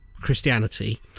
Christianity